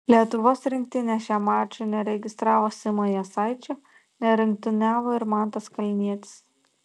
lietuvos rinktinė šiam mačui neregistravo simo jasaičio nerungtyniavo ir mantas kalnietis